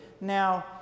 Now